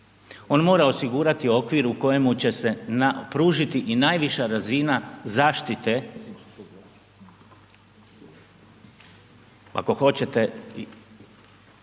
On mora osigurati okvir u kojemu će se pružiti i najviša razina zaštite ako hoćete,